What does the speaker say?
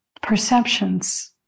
perceptions